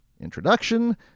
introduction